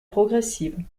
progressive